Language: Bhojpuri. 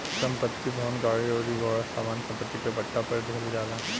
संपत्ति, भवन, गाड़ी अउरी घोड़ा सामान्य सम्पत्ति के पट्टा पर दीहल जाला